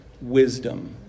wisdom